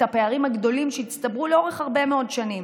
הפערים הגדולים שהצטברו לאורך הרבה מאוד שנים.